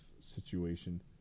situation